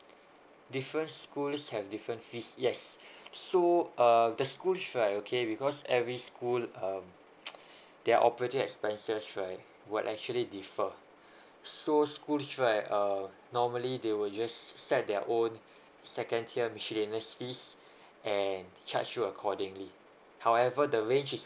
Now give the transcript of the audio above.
different schools have different fees yes so err the school okay because every school um there are operating expenses right would actually differ so school uh normally they will just set their own second tier miscellaneous fees and charge you accordingly however the range is